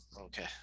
Okay